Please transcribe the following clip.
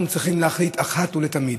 אנחנו צריכים להחליט אחת ולתמיד,